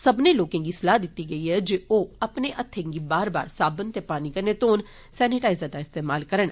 सब्बनें लोकें गी सलाह दिती गेई ऐ जे ओ अपने हत्थें गी बार बार साब्न ते पानी कन्नै धौने सनीटाइजर दा इस्तेमाल करन